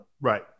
Right